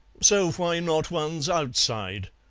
so why not one's outside?